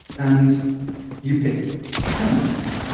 and you pick the candidates.